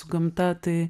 su gamta tai